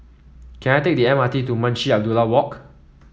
can I take the M R T to Munshi Abdullah Walk